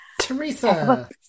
Teresa